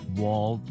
wall